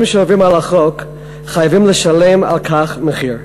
שעוברים על החוק חייבים לשלם על כך מחיר.